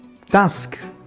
task